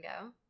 go